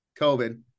COVID